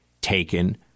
taken